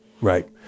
Right